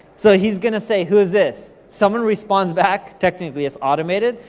so he's gonna say, who is this? someone responds back, technically it's automated,